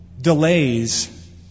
delays